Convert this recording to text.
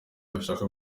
bashaka